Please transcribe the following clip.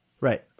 right